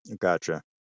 Gotcha